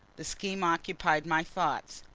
the scheme occupied my thoughts.